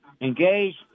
engage